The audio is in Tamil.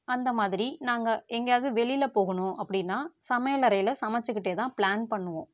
அந்தமாதிரி நாங்கள் எங்கையாவது வெளியில் போகணும் அப்படினா சமையல் அறையில் சமைச்சிக்கிட்டேதான் ப்ளான் பண்ணுவோம்